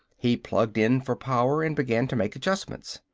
he plugged in for power and began to make adjustments.